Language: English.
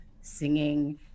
singing